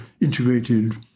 integrated